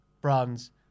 brands